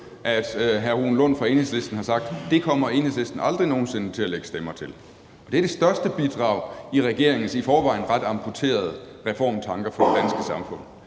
at hr. Rune Lund fra Enhedslisten har sagt: Det kommer Enhedslisten aldrig nogen sinde til at lægge stemmer til. Og det er det største bidrag til regeringens i forvejen ret amputerede reformtanker om det danske samfund.